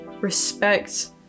respect